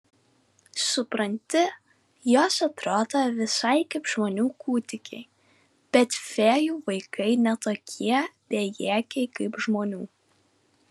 supranti jos atrodo visai kaip žmonių kūdikiai bet fėjų vaikai ne tokie bejėgiai kaip žmonių